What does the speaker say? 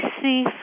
see